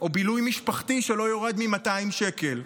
או בילוי משפחתי שלא יורדים מ-200 שקל.